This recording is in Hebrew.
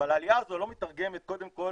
העלייה הזו לא מיתרגמת קודם כל